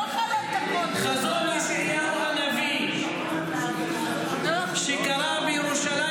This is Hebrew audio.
חזון ישעיהו הנביא שקרה בירושלים,